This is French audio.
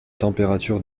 température